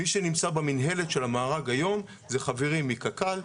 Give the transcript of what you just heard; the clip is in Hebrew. מי שנמצא במנהל של המארג היום זה חברים מקק"ל,